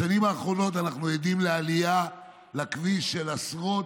בשנים האחרונות אנחנו עדים לעלייה לכביש של עשרות,